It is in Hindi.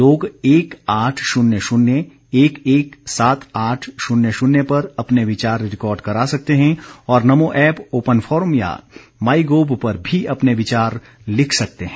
लोग एक आठ शून्य शून्य एक एक सात आठ शून्य शून्य पर अपने विचार रिकॉर्ड करा सकते हैं और नमो ऐप ओपन फोरम या माई गोव पर भी अपने विचार लिख सकते हैं